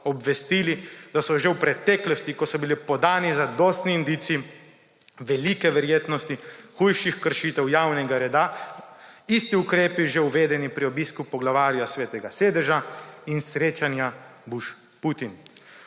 obvestili, da so bili že v preteklosti, ko so bili podani zadostni indici velike verjetnosti hujših kršitev javnega reda, isti ukrepi že uvedeni pri obisku poglavarja Svetega sedeža in srečanja Bush-Putin.